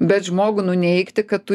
bet žmogų nuneigti kad tu